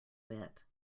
bit